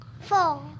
Four